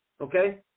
okay